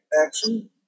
action